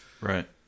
Right